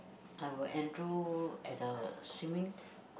I will enroll at the swimming